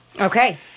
Okay